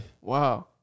wow